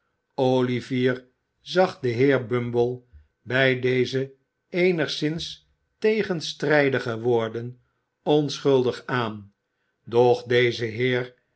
olivier zag den heer bumble bij deze eenigszins tegenstrijdige woorden onschuldig aan doch deze heer